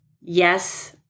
yes